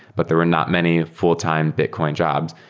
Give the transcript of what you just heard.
but there were not many full-time bitcoin jobs.